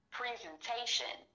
presentation